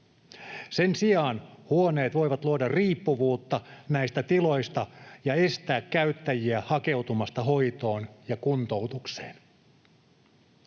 Sen sijaan huoneet voivat luoda riippuvuutta näistä tiloista ja estää käyttäjiä hakeutumasta hoitoon ja kuntoutukseen.